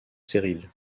stérile